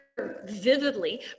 vividly